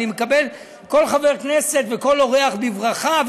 אני מקבל כל חבר כנסת וכל אורח בברכה,